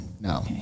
No